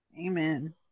amen